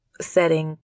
setting